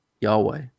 Yahweh